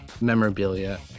memorabilia